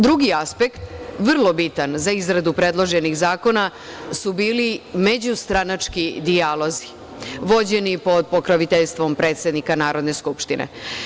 Drugi aspekt, vrlo bitan za izradu predloženih zakona, su bili međustranački dijalozi, vođeni pod pokroviteljstvom predsednika Narodne skupštine.